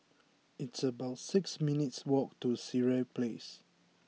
it's about six minutes' walk to Sireh Place